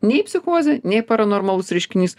nei psichozė nei paranormalus reiškinys